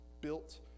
built